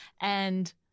And-